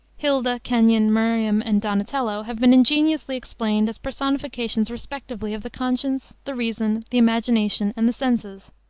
hilda, kenyon, miriam and donatello have been ingeniously explained as personifications respectively of the conscience, the reason, the imagination and the senses.